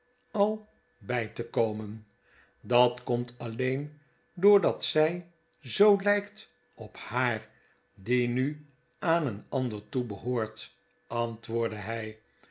al bij te komen dat komt alleen doordat zij zoo lijkt op haar die nu aan een ander toebehoort antwoordde hij